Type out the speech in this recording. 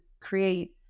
create